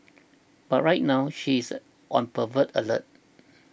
but right now she is on pervert alert